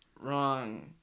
wrong